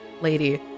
lady